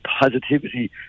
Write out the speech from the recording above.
positivity